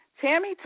Tammy